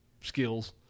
skills